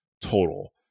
total